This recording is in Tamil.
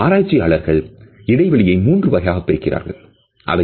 ஆராய்ச்சியாளர்கள் இடைவெளியை மூன்று வகையாகப் பிரிக்கிறார்கள் அவைகள்